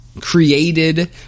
created